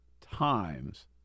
times